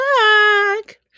back